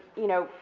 you know,